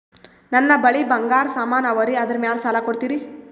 ನನ್ನ ಬಳಿ ಬಂಗಾರ ಸಾಮಾನ ಅವರಿ ಅದರ ಮ್ಯಾಲ ಸಾಲ ಕೊಡ್ತೀರಿ?